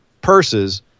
purses